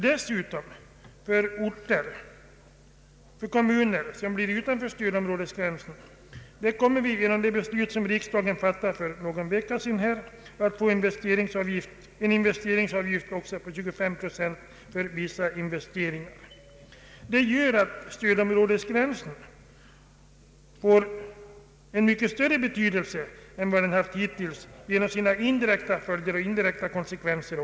Men i kommuner som hamnat utanför stödområdesgränsen kommer företagen genom det beslut som riksdagen fattade för någon vecka sedan att få erlägga en investeringsavgift av 25 procent för vissa investeringar. Detta gör att stödområdesgränsen får en mycket större betydelse än hittills genom sina indirekta konsekvenser.